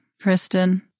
Kristen